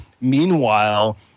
Meanwhile